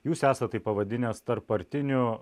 jūs esat tai pavadinęs tarppartiniu